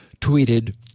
tweeted